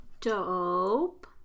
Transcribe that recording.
Dope